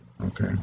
okay